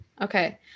okay